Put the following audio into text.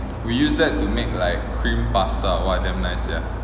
we use that to make like cream pasta !wah! damn nice sia